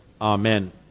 Amen